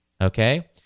okay